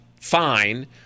fine